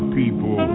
people